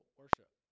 worship